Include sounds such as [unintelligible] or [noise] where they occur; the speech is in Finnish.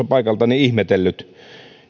[unintelligible] paikaltani hieman ihmetellyt